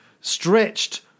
stretched